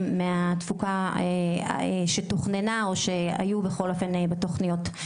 מהתפוקה שתוכננה או שהיו בכל אופן בתוכניות.